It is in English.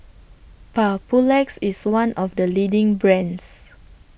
Papulex IS one of The leading brands